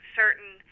certain